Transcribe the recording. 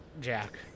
Jack